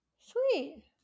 sweet